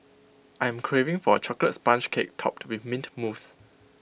I am craving for A Chocolate Sponge Cake Topped with Mint Mousse